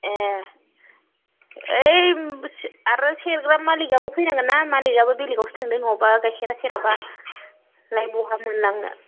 ए ओइ आरो सेरग्रा मालिखआबो फैनांगोन ना मालिखआबो बेलेगावसो थांदो नङाब्ला गाइखेरा सेराब्लालाय बहा मोनलांनो